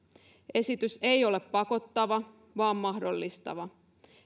esitys ei ole pakottava vaan mahdollistava